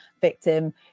victim